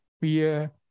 Fear